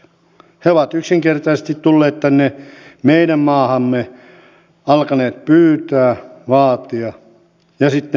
he ovat yksinkertaisesti tulleet tänne meidän maahamme alkaneet pyytää vaatia ja sitten saada